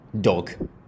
dog